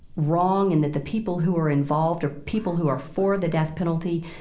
wrong and that the people who are involved are people who are for the death penalty,